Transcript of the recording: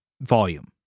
volume